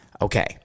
Okay